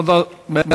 עוד הרבה יש?